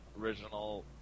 original